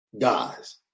guys